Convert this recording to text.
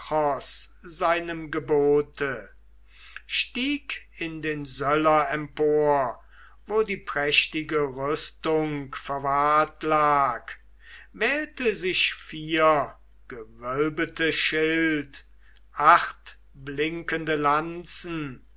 seinem gebote stieg in den söller empor wo die prächtige rüstung verwahrt lag wählte sich vier gewölbete schild acht blinkende lanzen